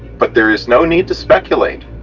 but there is no need to speculate,